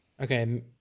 Okay